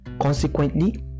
Consequently